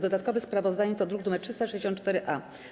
Dodatkowe sprawozdanie to druk nr 364-A.